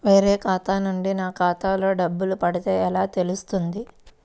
వేరే ఖాతా నుండి నా ఖాతాలో డబ్బులు పడితే ఎలా తెలుస్తుంది?